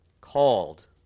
called